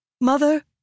mother